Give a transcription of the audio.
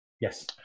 Yes